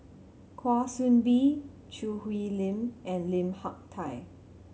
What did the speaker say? Kwa Soon Bee Choo Hwee Lim and Lim Hak Tai